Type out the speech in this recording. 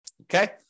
Okay